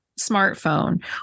smartphone